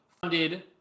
funded